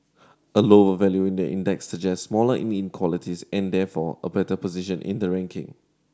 a lower value in the index suggests smaller inequalities and therefore a better position in the ranking